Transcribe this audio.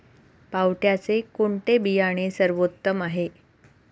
पावट्याचे कोणते बियाणे सर्वोत्तम आहे?